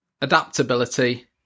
adaptability